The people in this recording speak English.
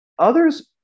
Others